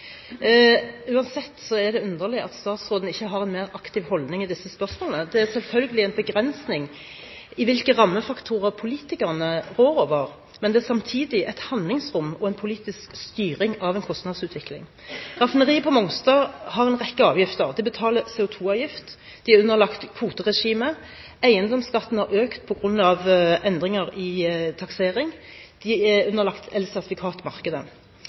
Uansett er det underlig at statsråden ikke har en mer aktiv holdning i disse spørsmålene. Det er selvfølgelig en begrensning i hvilke rammefaktorer politikerne rår over, men det er samtidig et handlingsrom og en politisk styring av en kostnadsutvikling. Raffineriet på Mongstad har en rekke avgifter. De betaler CO2-avgift, de er underlagt kvoteregime, eiendomsskatten har økt på grunn av endringer i taksering, og de er underlagt